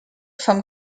vom